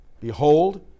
Behold